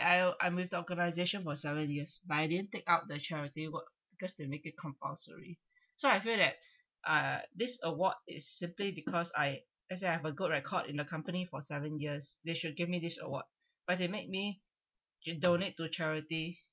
I'm with the organisation for seven years but I didn't take up the charity work because they make it compulsory so I feel that uh this award is simply because I let say I have a good record in the company for seven years they should give me this award but they make me to donate to charity